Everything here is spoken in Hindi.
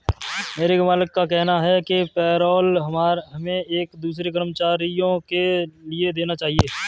मेरे मालिक का कहना है कि पेरोल हमें एक दूसरे कर्मचारियों के लिए देना चाहिए